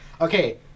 Okay